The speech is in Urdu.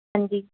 ہاں جی